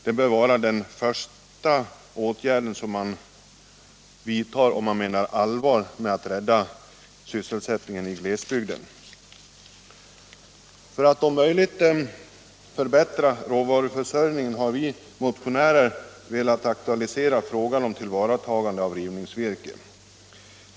Det bör vara den första åtgärd som man vidtar om man menar allvar med att man vill rädda sysselsättningen i glesbygd. För att om möjligt förbättra råvaruförsörjningen har vi motionärer velat aktualisera frågan om tillvaratagande av rivningsvirke.